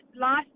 Last